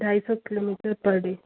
ढाई सौ kilometre per day